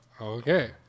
Okay